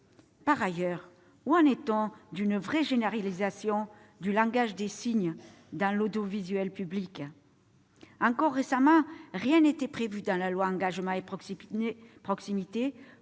Par ailleurs, où en est-on d'une vraie généralisation du langage des signes dans l'audiovisuel public ? Encore récemment, rien n'était prévu dans la loi Engagement et proximité